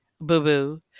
boo-boo